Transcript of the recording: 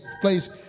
place